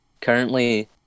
currently